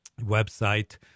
website